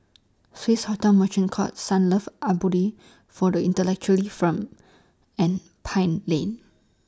Swissotel Merchant Court Sunlove Abode For The Intellectually from and Pine Lane